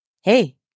hey